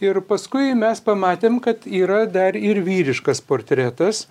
ir paskui mes pamatėm kad yra dar ir vyriškas portretas